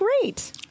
great